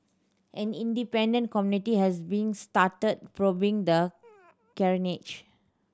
an independent committee has been started probing the